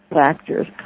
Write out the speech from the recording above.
factors